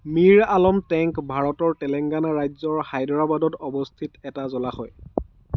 Mir Alam tank ভাৰতৰ তেলেঙ্গানা ৰাজ্যৰ হায়দৰাবাদত অৱস্থিত এটা জলাশয়